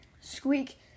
Squeak